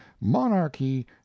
monarchy